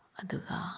ꯑꯗꯨꯒ